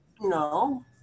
no